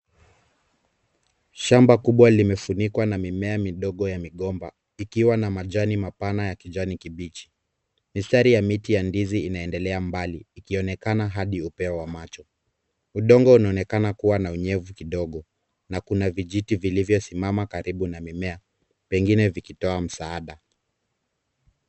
Shamba kubwa limefunikwa na mimea midogo ya migomba, ikiwa na majani mapana ya kijani kibichi. Mistari ya miti ya ndizi inaendelea mbali, ikionekana hadi upeo wa macho. Udongo unaonekana kuwa na unyevu kidogo, na kuna vijiti vilivyosimama karibu na mimea, pengine vikitoa msaada.